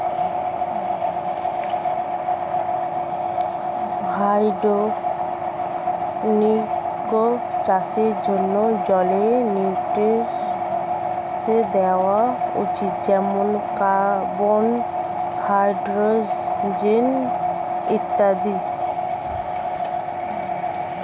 hydroponics চাষের জন্যে জলে নিউট্রিয়েন্টস দেওয়া উচিত যেমন কার্বন, হাইড্রোজেন ইত্যাদি